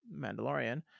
Mandalorian